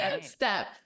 step